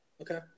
Okay